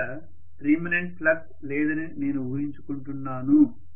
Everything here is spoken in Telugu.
ఇక్కడ రీమనెంట్ ఫ్లక్స్ లేదని నేను ఊహించుకుంటున్నాను